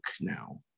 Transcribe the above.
now